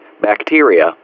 bacteria